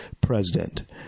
president